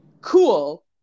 cool